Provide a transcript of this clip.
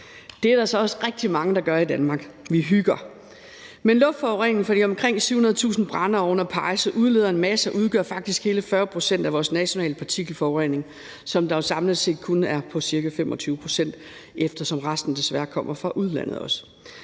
Det er der så også rigtig mange, der gør i Danmark. Vi hygger. Men luftforureningen fra de omkring 700.000 brændeovne og pejse udleder en masse og udgør faktisk hele 40 pct. af vores nationale partikelforurening, som jo samlet set kun er på ca. 25 pct., eftersom resten desværre kommer fra udlandet.